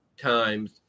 times